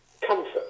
comfort